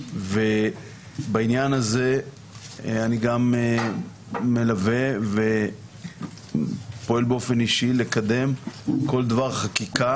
בעניין הזה אני גם מלווה ופועל באופן אישי לקדם כל דבר חקיקה